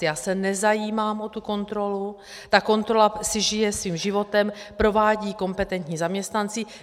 Já se nezajímám o tu kontrolu, ta kontrola si žije svým životem, provádějí ji kompetentní zaměstnanci.